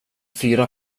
fyra